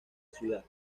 ciudad